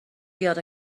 field